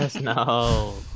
No